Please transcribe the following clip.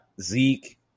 Zeke